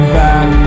back